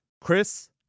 Chris